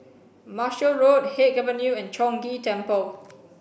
Marshall Road Haig Avenue and Chong Ghee Temple